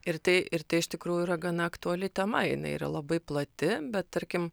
ir tai ir iš tikrųjų yra gana aktuali tema jinai yra labai plati bet tarkim